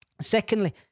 secondly